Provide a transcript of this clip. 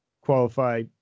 qualify